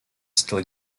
still